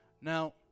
Now